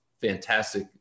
fantastic